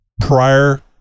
prior